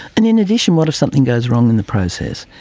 and in addition, what if something goes wrong in the process?